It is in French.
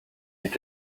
est